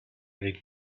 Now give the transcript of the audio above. avec